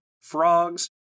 frogs